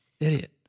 Idiot